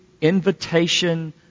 invitation